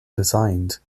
designed